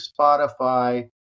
Spotify